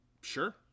sure